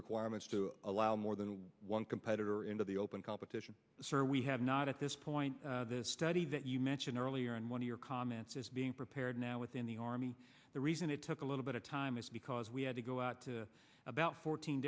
requirements to allow more than one competitor into the open competition sir we have not at this point this study that you mentioned earlier and one of your comments is being prepared now within the army the reason it took a little bit of time is because we had to go out to about fourteen